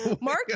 Mark